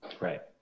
Right